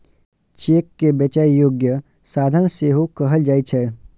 cheque कें बेचै योग्य साधन सेहो कहल जाइ छै